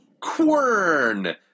quern